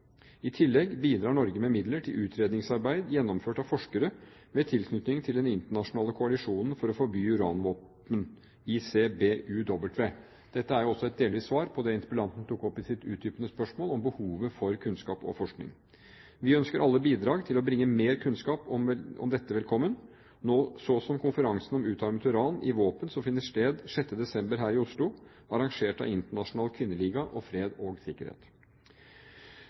I tillegg bidrar Norge med midler til utredningsarbeid gjennomført av forskere med tilknytning til Den internasjonale koalisjonen for å forby uranvåpen – ICBUW. Dette er også et delvis svar på det interpellanten tok opp i sitt utdypende spørsmål om behovet for kunnskap og forskning. Vi ønsker alle bidrag til å bringe mer kunnskap om dette velkommen, så som konferansen om utarmet uran i våpen, som finner sted 6. desember her i Oslo, arrangert av Internasjonal Kvinneliga for Fred og